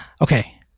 Okay